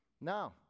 No